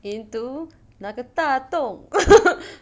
into 那个大洞